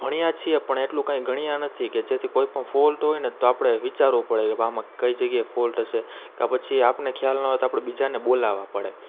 ભણ્યાં છીએ પણ એટલું કંઇ ગણ્યાં નથી કે જેથી કોઈ પણ ફોલ્ટ હોય ને તો આપણે વિચારવું પડે એવામાં કઈ જગ્યાએ ફોલ્ટ હશે કે ક્યાં પછી આપણને ખ્યાલ ન આવે તો આપણે બીજાને બોલાવવાં પડે